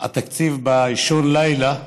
התקציב באישון לילה,